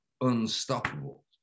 unstoppable